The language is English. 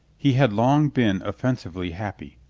he had long been offensively happy.